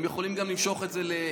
והם יכולים גם למשוך את זה לשמונה